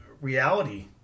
reality